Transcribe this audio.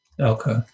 Okay